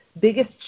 biggest